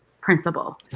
principal